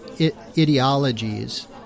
ideologies